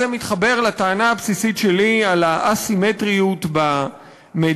זה מתחבר לטענה הבסיסית שלי על האסימטריות במידע.